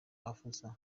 afsa